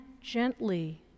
gently